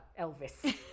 Elvis